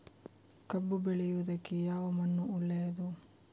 ಕಬ್ಬು ಬೆಳೆಯುವುದಕ್ಕೆ ಯಾವ ಮಣ್ಣು ಒಳ್ಳೆಯದು?